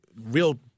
real